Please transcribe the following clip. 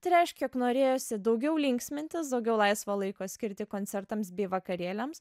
tai reiškia jog norėjosi daugiau linksmintis daugiau laisvo laiko skirti koncertams bei vakarėliams